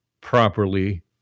properly